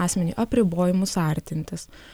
asmeniui apribojimus artintis